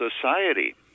society